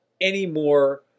anymore